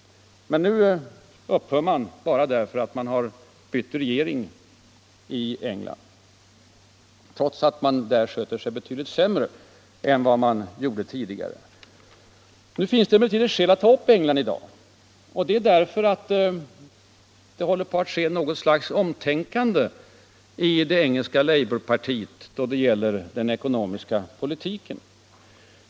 Nu upphör man med det, bara därför att England har bytt regering, trots att den nya regeringen sköter sig betydligt sämre än den tidigare. Det finns emellertid ett skäl att ta upp England i debatten i dag. Det håller på att ske något slags omtänkande i det engelska labourpartiet då det gäller den ekonomiska politiken.